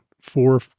four